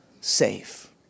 safe